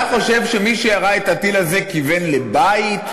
אתה חושב שמי שירה את הטיל הזה כיוון לְבית?